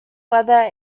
whether